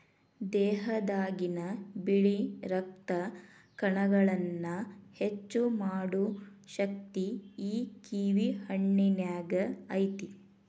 ದೇಹದಾಗಿನ ಬಿಳಿ ರಕ್ತ ಕಣಗಳನ್ನಾ ಹೆಚ್ಚು ಮಾಡು ಶಕ್ತಿ ಈ ಕಿವಿ ಹಣ್ಣಿನ್ಯಾಗ ಐತಿ